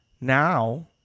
now